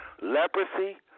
Leprosy